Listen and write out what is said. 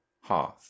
hearth